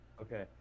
Okay